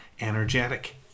energetic